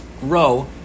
grow